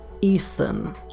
Ethan